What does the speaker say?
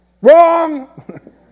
Wrong